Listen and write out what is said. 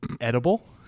edible